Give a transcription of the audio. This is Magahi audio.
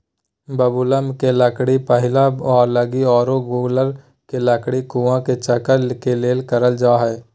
बबूल के लकड़ी पहिया लगी आरो गूलर के लकड़ी कुआ के चकका ले करल जा हइ